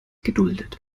geduldet